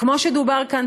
כמו שדובר כאן,